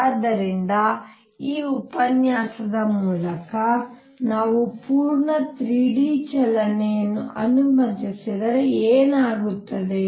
ಆದ್ದರಿಂದ ಈ ಉಪನ್ಯಾಸದ ಮೂಲಕ ನಾವು ಪೂರ್ಣ 3 ಡಿ ಚಲನೆಯನ್ನು ಅನುಮತಿಸಿದರೆ ಏನಾಗುತ್ತದೆ